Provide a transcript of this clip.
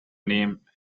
name